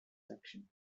section